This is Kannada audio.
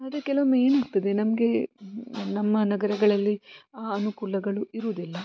ಆದರೆ ಕೆಲವೊಮ್ಮೆ ಏನಾಗ್ತದೆ ನಮಗೆ ನಮ್ಮ ನಗರಗಳಲ್ಲಿ ಆ ಅನುಕೂಲಗಳು ಇರೋದಿಲ್ಲ